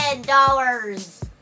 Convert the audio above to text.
dollars